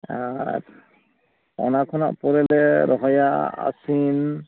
ᱟᱨ ᱚᱱᱟ ᱠᱷᱚᱱᱟᱜ ᱯᱚᱨᱮ ᱞᱮ ᱨᱚᱦᱚᱭᱟ ᱟᱹᱥᱤᱱ